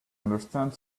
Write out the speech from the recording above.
understand